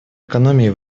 экономии